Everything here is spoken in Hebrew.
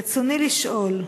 רצוני לשאול,